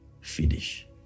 finish